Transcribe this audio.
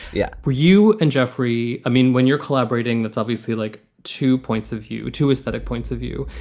yeah. were you and jeffrey. i mean, when you're collaborating, that's obviously like two points of view. two is that at points of view.